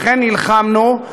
לכן נלחמנו,